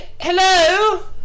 Hello